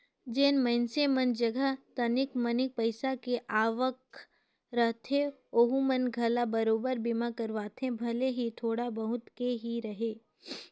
जेन मइनसे मन जघा तनिक मनिक पईसा के आवक रहथे ओहू मन घला बराबेर बीमा करवाथे भले ही थोड़ा बहुत के ही रहें